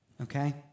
Okay